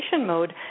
mode